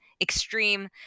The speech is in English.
extreme